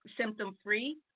symptom-free